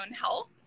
Health